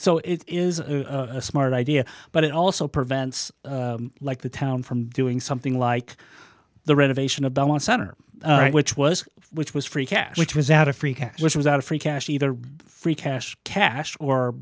so it is a smart idea but it also prevents like the town from doing something like the renovation of belmont center which was which was free cash which was out of free cash which was out of free cash either free cash cash or